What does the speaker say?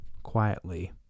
Quietly